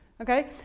Okay